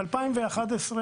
בשנת 2011,